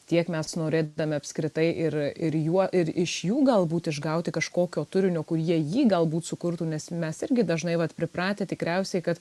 tiek mes norėdami apskritai ir ir juo ir iš jų galbūt išgauti kažkokio turinio kur jie jį galbūt sukurtų nes mes irgi dažnai vat pripratę tikriausiai kad